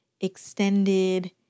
extended